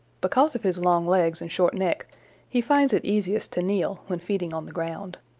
because of his long legs and short neck he finds it easiest to kneel when feeding on the ground.